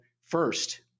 first